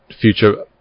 future